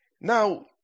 Now